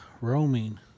roaming